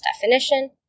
definition